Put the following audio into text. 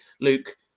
Luke